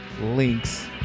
links